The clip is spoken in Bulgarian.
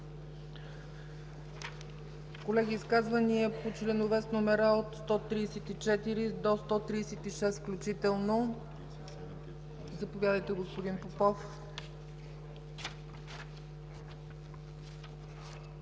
ли изказвания по членове с номера от 134 до 136 включително? Заповядайте, господин Попов.